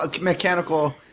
mechanical